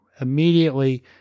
immediately